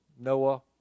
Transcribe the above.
Noah